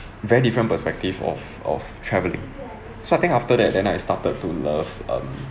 very different perspective of of travelling so I think after that then I started to love um